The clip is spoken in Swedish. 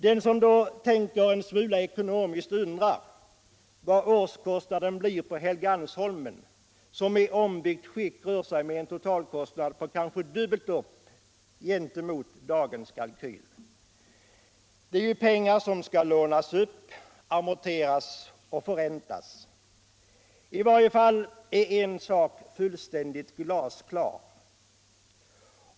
Den som tänker en smula ekonomiskt undrar då vad årskostnaden blir på Helgeandsholmen, som i ombyggt skick rör sig med en totalkostnad på kanske dubblet upp mot dagens kalkyl. Det är ju pengar som skall lånas upp, amorteras och förräntas. I varje fall är en sak fullständigt glasklar.